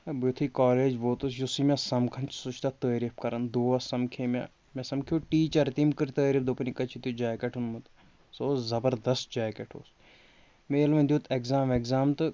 بہٕ یُتھُے کالیج ووتُس یُسُے مےٚ سَمکھان چھُ سُہ چھُ تَتھ تعٲریٖف کَران دوس سَمکھے مےٚ مےٚ سَمکھیو ٹیٖچَر تٔمۍ کٔر تعٲریٖف دوٚپُن یہِ کَتہِ چھُتھ یہِ جاکٮ۪ٹ اوٚنمُت سُہ اوس زَبردست جاکٮ۪ٹ اوس مےٚ ییٚلہِ وۄنۍ دیُت اٮ۪کزام وٮ۪کزام تہٕ